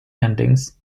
endings